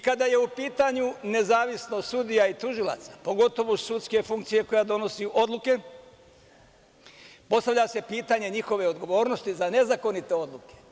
Kada je u pitanju nezavisnost sudija i tužilaca, pogotovu sudske funkcije koja donosi odluke, postavlja se pitanje njihove odgovornosti za nezakonite odluke.